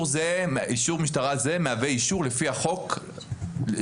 אישור משטרה זה מהווה אישור לפי החוק עבור